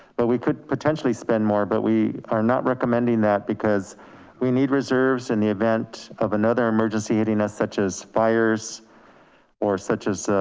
but we could potentially spend more, but we are not recommending that because we need reserves in the event of another emergency readiness, such as fires or such as